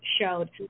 showed